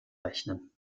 rechnen